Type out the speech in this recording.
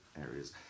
areas